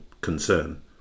concern